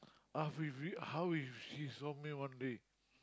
how if he how if she saw me one day